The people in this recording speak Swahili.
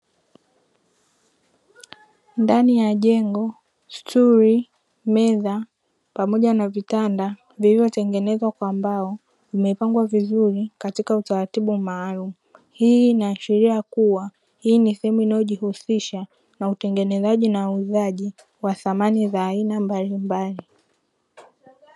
Ndani ya jengo: stuli, meza pamoja na vitanda; vilivyotengeenzwa kwa mbao vimepangwa vizuri katika utaratibu maalumu. Hii inaashiria kuwa hii ni sehemu inayojihusisha na utengenezaji na uuzaji wa samani za aina mbalimbali.